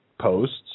posts